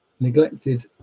Neglected